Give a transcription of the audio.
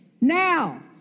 Now